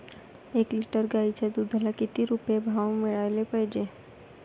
एक लिटर गाईच्या दुधाला किती रुपये भाव मिळायले पाहिजे?